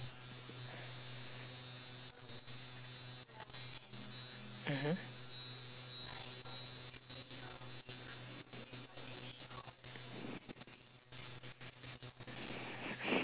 mmhmm